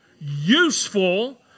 Useful